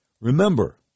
Remember